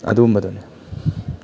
ꯑꯗꯨꯝꯕꯗꯨꯅꯦ